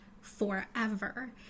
forever